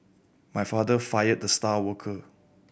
my father fired the star worker